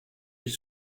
ils